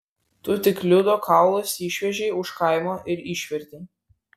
tu tik liudo kaulus išvežei už kaimo ir išvertei